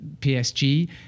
PSG